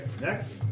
next